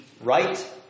right